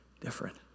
different